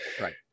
Right